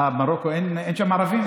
אה, במרוקו אין ערבים?